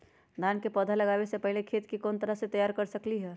धान के पौधा लगाबे से पहिले खेत के कोन तरह से तैयार कर सकली ह?